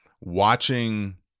watching